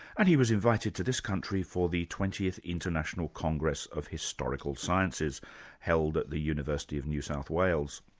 and he was invited to this country for the twentieth international congress of historical sciences held at the university of new south wales.